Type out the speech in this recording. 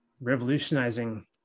revolutionizing